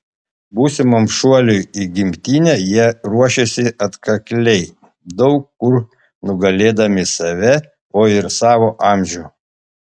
būsimam šuoliui į gimtinę jie ruošėsi atkakliai daug kur nugalėdami save o ir savo amžių